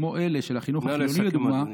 כמו אלה של החינוך החילוני לדוגמה,